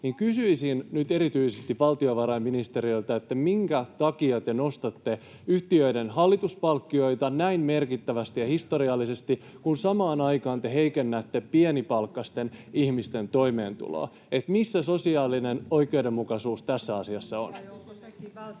kysyisin nyt erityisesti valtiovarainministeriltä: Minkä takia te nostatte yhtiöiden hallituspalkkioita näin merkittävästi ja historiallisesti, kun samaan aikaan te heikennätte pienipalkkaisten ihmisten toimeentuloa? Että missä on sosiaalinen oikeudenmukaisuus tässä asiassa?